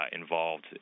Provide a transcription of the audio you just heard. involved